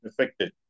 affected